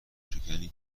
شکنی